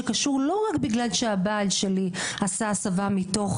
לא רק בגלל שהבעל שלי עשה הסבה מתוך